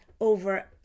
over